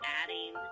adding